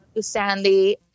Sandy